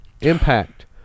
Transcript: impact